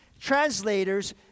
translators